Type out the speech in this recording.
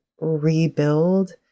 rebuild